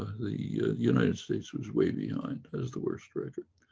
the united states was way behind as the worst record.